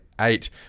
eight